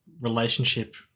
relationship